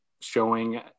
showing